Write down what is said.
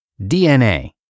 DNA